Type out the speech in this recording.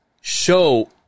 show